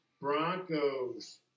Broncos